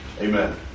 Amen